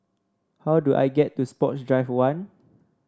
how do I get to Sports Drive One